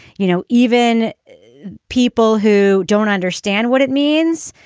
you know, even people who don't understand what it means,